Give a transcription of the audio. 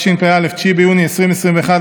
9 ביוני 2021,